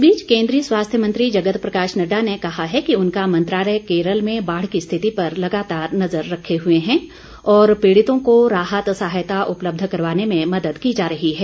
इस बीच केन्द्रीय स्वास्थ्य मंत्री जगत प्रकाश नड्डा ने कहा है कि उनका मंत्रालय केरल में बाढ़ की स्थिति पर लगातार नज़र रखे हुए हैं और पीड़ितों को राहत सहायता उपलब्ध करवाने में मदद की जा रही है